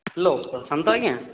hello Prashant ଆଜ୍ଞା